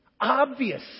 obvious